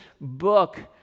book